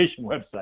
website